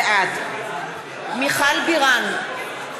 בעד מיכל בירן,